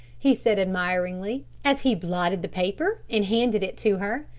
he said, admiringly, as he blotted the paper and handed it to her.